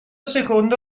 secondo